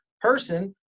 person